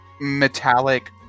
metallic